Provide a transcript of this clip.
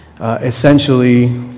essentially